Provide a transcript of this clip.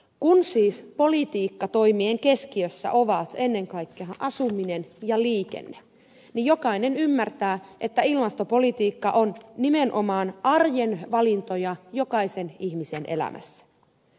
kun siis politiikkatoimien keskiössä ovat ennen kaikkea asuminen ja liikenne niin jokainen ymmärtää että ilmastopolitiikka on nimenomaan arjen valintoja jokaisen ihmisen elämässä